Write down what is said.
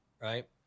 right